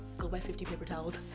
go buy fifty paper towels.